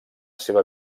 seva